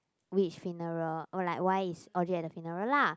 which funeral oh like why is Audrey at the funeral lah